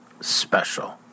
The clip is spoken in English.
special